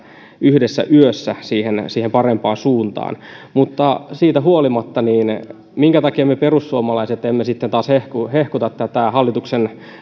yhdessä yössä siihen siihen parempaan suuntaan mutta siitä huolimatta se minkä takia me perussuomalaiset emme sitten taas hehkuta hehkuta tätä hallituksen